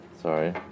Sorry